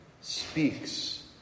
speaks